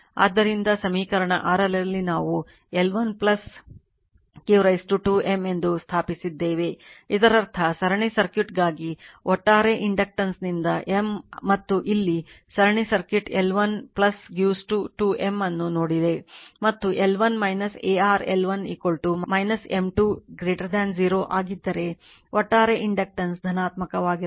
ಆದ್ದರಿಂದ ಸಮೀಕರಣ 6 ರಲ್ಲಿ ನಾವು L1 2 M ಎಂದು ಸ್ಥಾಪಿಸಿದ್ದೇವೆ ಇದರರ್ಥ ಸರಣಿ ಸರ್ಕ್ಯೂಟ್ಗಾಗಿ ಒಟ್ಟಾರೆ ಇಂಡಕ್ಟರ್ನಿಂದ M ಮತ್ತು ಇಲ್ಲಿ ಸರಣಿ ಸರ್ಕ್ಯೂಟ್ L1 2 M ಅನ್ನು ನೋಡಿದೆ ಮತ್ತು L1 a r L1 M 2 0 ಆಗಿದ್ದರೆ ಒಟ್ಟಾರೆ ಇಂಡಕ್ಟನ್ಸ್ ಧನಾತ್ಮಕವಾಗಿರಬೇಕು